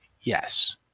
Yes